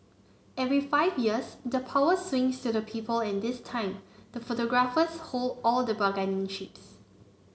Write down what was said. every five years the power swings to the people and this time the photographers hold all the bargaining chips